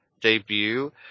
Debut